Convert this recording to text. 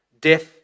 death